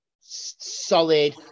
solid